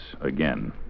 again